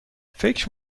فکر